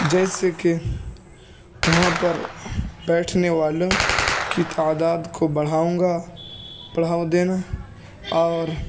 جیسے کہ وہاں پر بیٹھنے والوں كی تعداد كو بڑھاؤں گا بڑھاؤ دینا اور